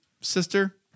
Sister